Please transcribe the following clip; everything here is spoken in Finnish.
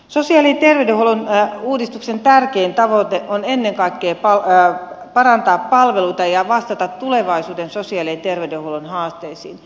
sosiaali ja terveydenhuollon uudistuksen tärkein tavoite on ennen kaikkea parantaa palveluita ja vastata tulevaisuuden sosiaali ja terveydenhuollon haasteisiin